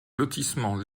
lotissement